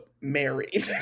married